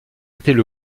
étaient